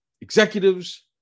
executives